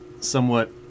somewhat